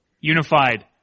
unified